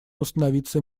установиться